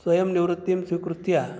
स्वयं निवृत्तिं स्वीकृत्य